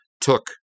took